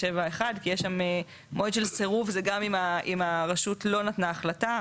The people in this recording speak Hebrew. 37(1). כי יש שם מועד של סירוב זה גם אם הרשות לא נתנה החלטה.